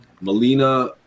Melina